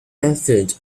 method